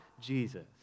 Jesus